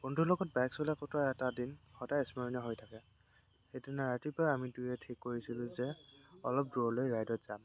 বন্ধুৰ লগত বাইক চলাই কটোৱা এটা দিন সদায় স্মৰণীয় হৈ থাকে সেইদিনা ৰাতিপুৱাই আমি দুয়োয়ে ঠিক কৰিছিলোঁ যে অলপ দূৰলৈ ৰাইডত যাম